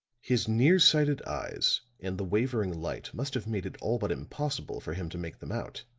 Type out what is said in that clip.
his near-sighted eyes and the wavering light must have made it all but impossible for him to make them out.